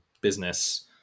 business